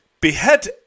behead